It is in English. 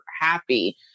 happy